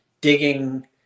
digging